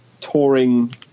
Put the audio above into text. touring